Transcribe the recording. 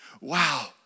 wow